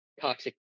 toxic